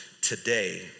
today